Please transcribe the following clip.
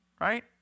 Right